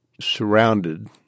surrounded